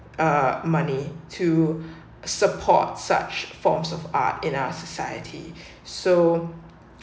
money uh to support such forms of art in our society so